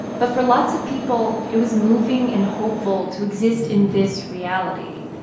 but for lots of people, it was moving and hopeful to exist in this reality,